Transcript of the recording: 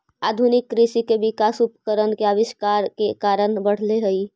आधुनिक कृषि के विकास उपकरण के आविष्कार के कारण बढ़ले हई